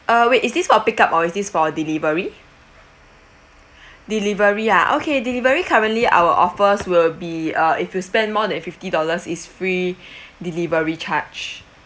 uh wait is this for pick up or is this for delivery delivery ah okay delivery currently our offers will be uh if you spend more than fifty dollars is free delivery charge